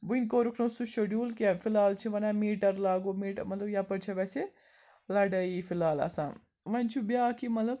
وُنہِ کوٚرُکھ نہٕ سُہ شیٚڈیوٗل کیٚنٛہہ فی الحال چھِ وَنان میٖٹَر لاگو میٖٹَر مطلب یَپٲرۍ چھِ ویسے لَڑٲیی فی الحال آسان وۄنۍ چھُ بیٛاکھ یہِ مطلب